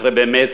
אחרי, באמת,